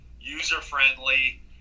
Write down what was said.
user-friendly